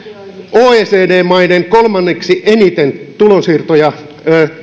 oecd maiden kolmanneksi eniten tulonsiirtoja